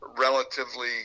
relatively